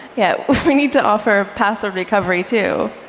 yeah, we need to offer password recovery, too.